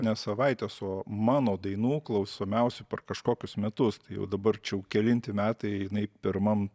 ne savaitės o mano dainų klausomiausių per kažkokius metus tai jau dabar kelinti metai jinai pirmam